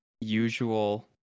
usual